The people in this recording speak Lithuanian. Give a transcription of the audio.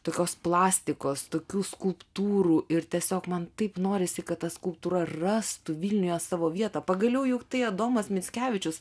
tokios plastikos tokių skulptūrų ir tiesiog man taip norisi kad ta skulptūra rastų vilniuje savo vietą pagaliau juk tai adomas mickevičius